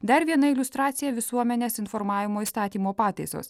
dar viena iliustracija visuomenės informavimo įstatymo pataisos